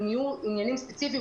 אם יהיו עניינים ספציפיים,